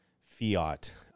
fiat